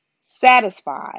satisfied